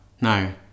No